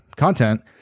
content